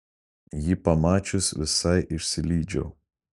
jį pamačius visai išsilydžiau